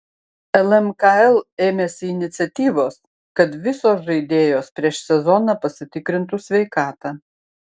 lmkl ėmėsi iniciatyvos kad visos žaidėjos prieš sezoną pasitikrintų sveikatą